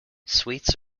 suites